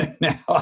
Now